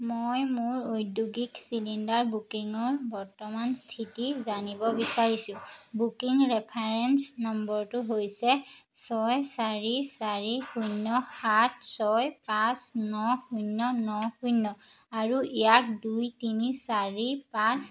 মই মোৰ ঔদ্যোগিক চিলিণ্ডাৰ বুকিঙৰ বৰ্তমান স্থিতি জানিব বিচাৰিছোঁ বুকিং ৰেফাৰেঞ্চ নম্বৰটো হৈছে ছয় চাৰি চাৰি শূন্য সাত ছয় পাঁচ ন শূন্য ন শূন্য আৰু ইয়াক দুই তিনি চাৰি পাঁচ